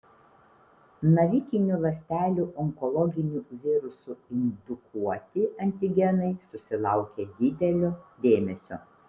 navikinių ląstelių onkologinių virusų indukuoti antigenai susilaukė didelio dėmesio